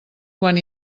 quan